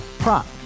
Prop